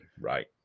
right